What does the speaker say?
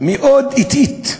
מאוד אטית,